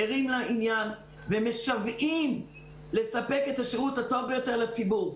אנחנו ערים לעניין ומשוועים לספק את השירות הטוב ביותר לציבור,